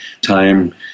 time